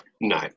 No